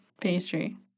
pastry